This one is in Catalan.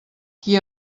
qui